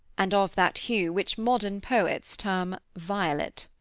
and of that hue which modern poets term violet.